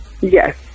Yes